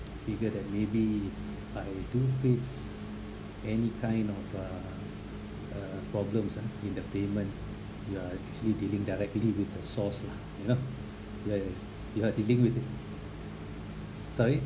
figure that maybe I do face any kind of uh uh problems ah in the payment you are actually dealing directly with the source lah you know where as if you are taking with the sorry